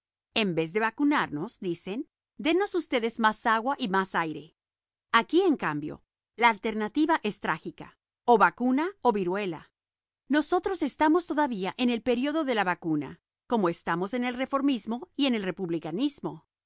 en vez de vacunarnos dicen dennos ustedes más agua y más aire aquí en cambio la alternativa es trágica o vacuna o viruela nosotros estamos todavía en el período de la vacuna como estamos en el del reformismo y el republicanismo